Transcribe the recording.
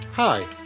Hi